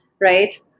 right